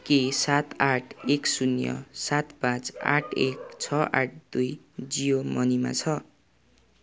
के सात आठ एक शून्य सात पाँच आठ एक छ आठ दुई जियो मनीमा छ